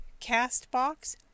Castbox